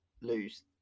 lose